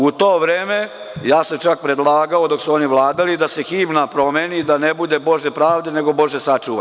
U to vreme, ja sam čak predlagao, dok su oni vladali da se himna promeni, da ne bude „Bože pravde“, nego „Bože sačuvaj“